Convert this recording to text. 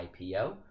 IPO